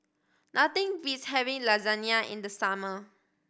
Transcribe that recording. nothing beats having Lasagne in the summer